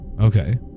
Okay